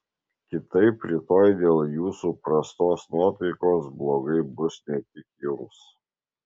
kitaip rytoj dėl jūsų prastos nuotaikos blogai bus ne tik jums